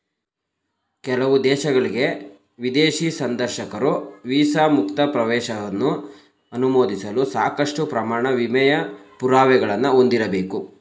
ಕೆಲವು ದೇಶಗಳ್ಗೆ ವಿದೇಶಿ ಸಂದರ್ಶಕರು ವೀಸಾ ಮುಕ್ತ ಪ್ರವೇಶವನ್ನ ಅನುಮೋದಿಸಲು ಸಾಕಷ್ಟು ಪ್ರಯಾಣ ವಿಮೆಯ ಪುರಾವೆಗಳನ್ನ ಹೊಂದಿರಬೇಕು